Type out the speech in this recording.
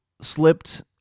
slipped